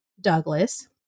Douglas